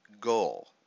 goal